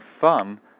fun